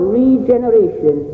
regeneration